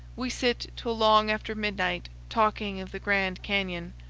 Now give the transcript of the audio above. we sit till long after midnight talking of the grand canyon,